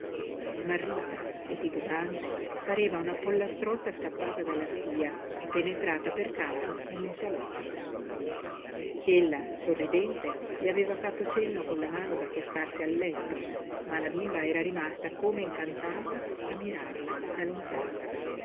smarrita e titubante pareva una pollastrotta scappata dalla stia e penetrata per caso in un salotto ella sorridente le aveva fatto cenno con la mano d'accostarsi al letto ma la bimba era rimasta come incantata a mirarla da lontano